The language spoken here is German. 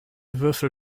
würfel